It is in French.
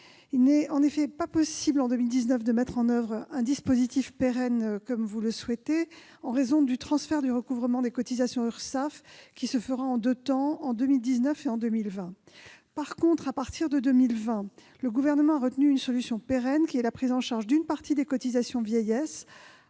Il n'est en effet pas possible de mettre en oeuvre un dispositif pérenne dès 2019, comme vous le souhaitez, en raison du transfert de recouvrement des cotisations URSSAF, qui se fera en deux temps en 2019 et en 2020. En revanche, à partir de 2020, le Gouvernement a retenu une solution pérenne, à savoir la prise en charge d'une partie des cotisations vieillesse,